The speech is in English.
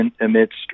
amidst